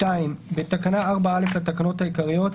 2.תיקון תקנה 4א בתקנה 4א לתקנות העיקריות,